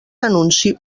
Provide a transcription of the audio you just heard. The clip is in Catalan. anunci